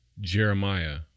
Jeremiah